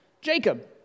Jacob